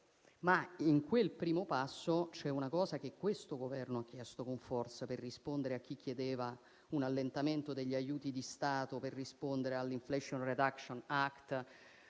nel quale però c'è una cosa che questo Governo ha chiesto con forza in risposta a chi chiedeva un allentamento degli aiuti di Stato per rispondere all'*inflation reduction act*,